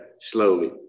slowly